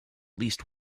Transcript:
least